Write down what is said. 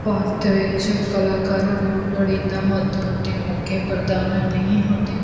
ਭਾਰਤ ਵਿੱਚ ਕਲਾਕਾਰਾਂ ਨੂੰ ਲੋੜੀਂਦਾ ਮਹੱਤਵ ਅਤੇ ਮੌਕੇ ਪ੍ਰਦਾਨ ਨਹੀ ਹੁੰਦੇ